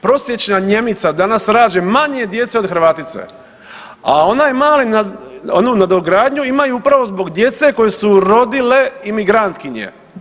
Prosječna Njemica danas rađa manje djece od Hrvatice, a onaj mali, onu nadogradnju imaju upravo zbog djece koju su rodile imigrantkinje.